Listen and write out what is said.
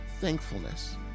thankfulness